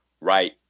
right